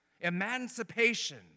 Emancipation